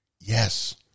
Yes